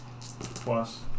Plus